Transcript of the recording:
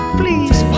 please